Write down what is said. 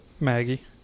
Maggie